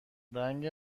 رنگ